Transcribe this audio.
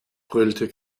brüllte